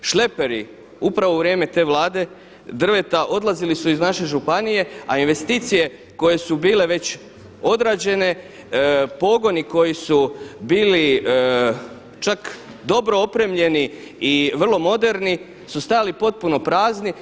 Šleperi upravo u vrijeme te Vlade drveta odlazili su iz naše županije a investicije koje su bile već odrađene, pogoni koji su bili čak dobro opremljeni i vrlo moderni su stajali potpuno prazni.